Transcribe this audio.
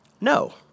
No